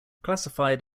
classified